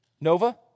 Nova